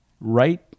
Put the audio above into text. right